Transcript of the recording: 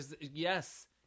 Yes